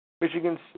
Michigan